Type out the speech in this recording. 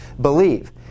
believe